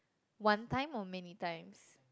one time or many times